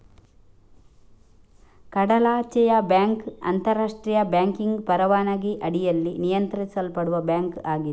ಕಡಲಾಚೆಯ ಬ್ಯಾಂಕ್ ಅಂತರಾಷ್ಟ್ರೀಯ ಬ್ಯಾಂಕಿಂಗ್ ಪರವಾನಗಿ ಅಡಿಯಲ್ಲಿ ನಿಯಂತ್ರಿಸಲ್ಪಡುವ ಬ್ಯಾಂಕ್ ಆಗಿದೆ